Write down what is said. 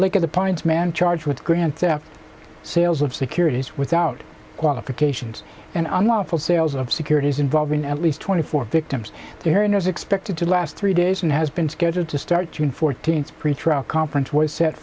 the pines man charged with grand theft sales of securities without qualifications and on lawful sales of securities involving at least twenty four victims there is expected to last three days and has been scheduled to start june fourteenth pretrial